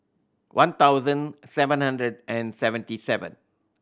one thousand seven hundred and seventy seven